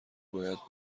باید